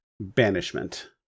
Banishment